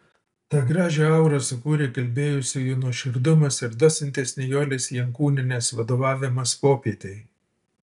tą gražią aurą sukūrė kalbėjusiųjų nuoširdumas ir docentės nijolės jankūnienės vadovavimas popietei